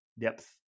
Depth